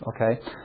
okay